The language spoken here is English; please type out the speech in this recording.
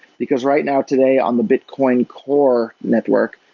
because right now, today on the bitcoin core network,